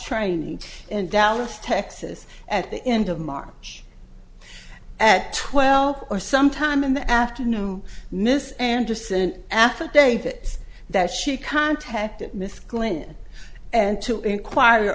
training in dallas texas at the end of march at twelve or sometime in the afternoon miss anderson an affidavit that she contacted miss glynn and to inquire